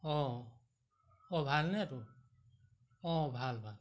অঁ অঁ ভালনে তোৰ অঁ ভাল ভাল